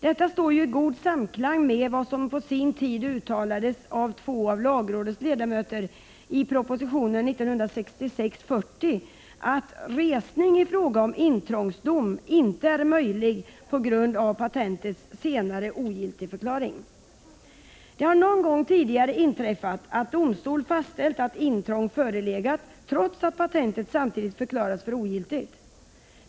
Detta står ju i god samklang med vad som på sin tid uttalades av två av lagrådets ledamöter i proposition 1966:40, att resning i fråga om intrångsdom inte är möjlig på grund av patentets senare ogiltigförklaring. Det har någon gång tidigare inträffat att domstol fastställt att intrång förelegat, trots att patentet samtidigt förklarats för ogiltigt.